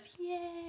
Yay